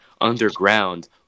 underground